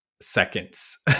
seconds